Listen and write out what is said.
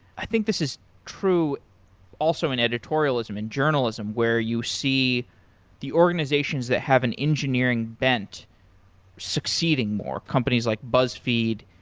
i think this is true also in editorialism, in journalism, where you see the organizations that have an engineering vent succeeding more, companies like buzzfeed,